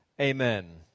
Amen